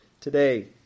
today